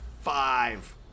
five